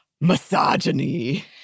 misogyny